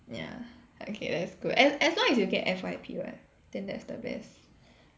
ya okay that's good as as long as you get F_Y_P [what] then that's the best